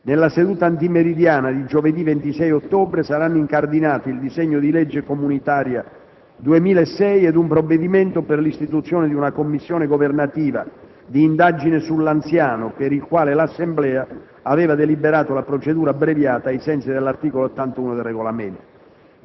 Nella seduta antimeridiana di giovedì 26 ottobre saranno incardinati il disegno di legge comunitaria 2006 ed un provvedimento per l'istituzione di una Commissione governativa di indagine sull'anziano, per il quale l'Assemblea aveva deliberato la procedura abbreviata ai sensi dell'articolo 81 del Regolamento.